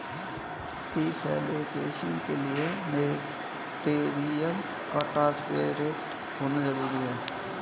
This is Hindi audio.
रिफ्लेक्शन के लिए मटेरियल का ट्रांसपेरेंट होना जरूरी है